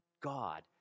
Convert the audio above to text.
God